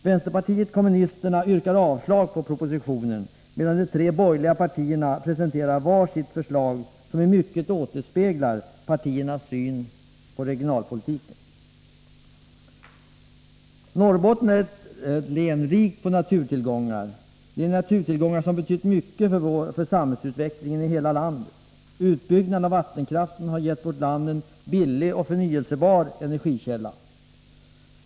Vänsterpartiet kommunisterna yrkar avslag på propositionen, medan de tre borgerliga partierna presenterar var sitt förslag som i mycket återspeglar partiernas syn på regionalpolitiken. Norrbotten är ett län rikt på naturtillgångar. Det är naturtillgångar som betytt mycket för samhällsutvecklingen i hela landet. Utbyggnaden av vattenkraften har gett vårt land en billig och förnyelsebar energikälla.